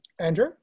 Andrew